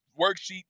worksheet